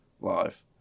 live